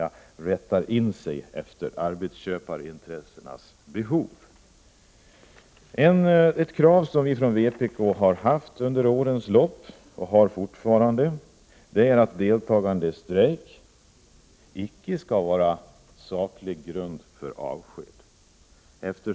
Man rättar mer och mer in sig efter arbetsköparintressenas behov. Vpk har haft, och har fortfarande, ett krav på att deltagande i strejk icke skall utgöra saklig grund för avskedande.